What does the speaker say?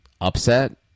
upset